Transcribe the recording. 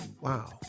Wow